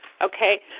Okay